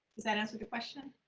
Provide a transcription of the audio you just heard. does that answer the question?